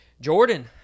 Jordan